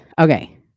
Okay